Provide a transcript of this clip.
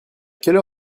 quelle